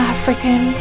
African